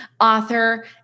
author